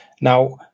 Now